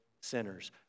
sinners